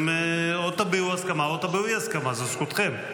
או תביעו הסכמה או תביעו אי-הסכמה, זאת זכותכם.